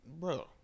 bro